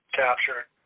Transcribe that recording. captured